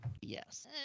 Yes